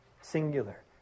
singular